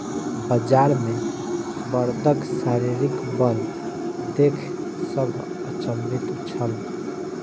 बजार मे बड़दक शारीरिक बल देख सभ अचंभित छल